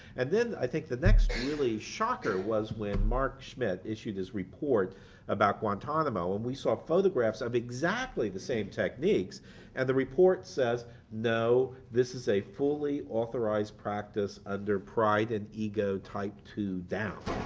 and then i think the next really shocker was when mark schmidt issued his report about guantanamo, and we saw photographs of exactly the same techniques and the report says no, this is a fully authorized practice under pride and ego type two down.